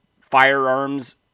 firearms